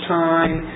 time